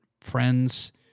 friends